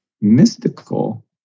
mystical